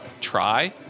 try